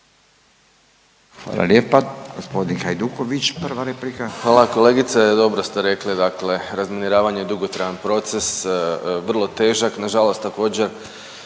Domagoj (Socijaldemokrati)** Hvala. Kolegice, dobro ste rekli, dakle razminiravanje je dugotrajan proces, vrlo težak, nažalost također,